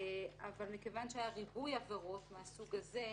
אבל מכיוון שהיה ריבוי עבירות מהסוג הזה,